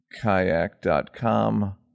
Kayak.com